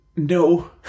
no